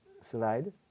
slide